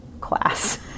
class